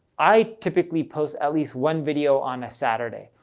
i typically post at least one video on a saturday.